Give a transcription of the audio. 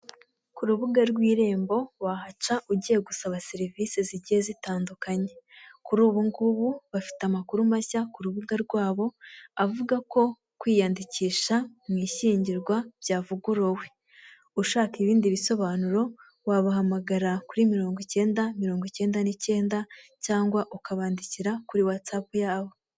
Ku rubuga rw'irembo wahaca ugiye gusaba serivisi zigiye zitandukanye, kuri ubu ngubu bafite amakuru mashya ku rubuga rwabo avuga ko kwiyandikisha mu ishyingirwa byavuguruwe. Ushaka ibindi bisobanuro wabahamagara kuri mirongo icyenda mirongo icyenda n'icyenda cyangwa ukabandikira kuri watsapu yabo.